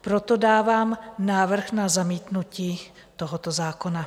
Proto dávám návrh na zamítnutí tohoto zákona.